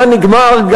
נגמר.